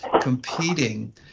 competing